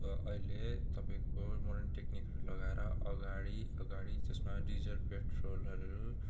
अहिले तपाईँको मोर्डन टेकनिकहरू लगाएर अगाडि अगाडि जसमा डिजेल पेट्रोलहरू